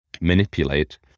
manipulate